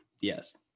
Yes